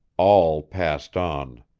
all passed on.